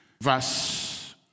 verse